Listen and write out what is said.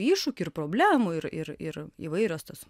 iššūkių ir problemų ir ir ir įvairios tos